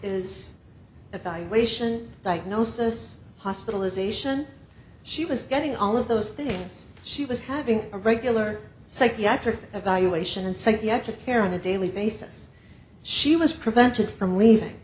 evaluation diagnosis hospitalization she was getting all of those things she was having a regular psychiatric evaluation and psychiatric care on a daily basis she was prevented from leaving